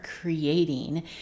creating